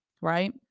right